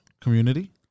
community